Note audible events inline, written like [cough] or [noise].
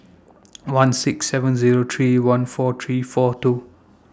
[noise] one six seven Zero three one four three four two